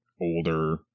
older